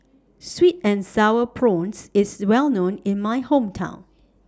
Sweet and Sour Prawns IS Well known in My Hometown